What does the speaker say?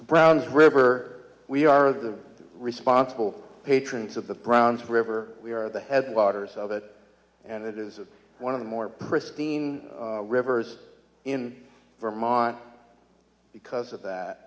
the browns river we are the responsible patrons of the browns river we are the headwaters of it and it is one of the more pristine rivers in vermont because of that